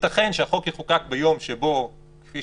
ייתכן שהחוק יחוקק ביום שבו, כפי